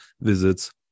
visits